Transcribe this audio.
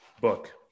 Book